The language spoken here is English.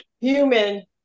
human